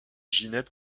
ginette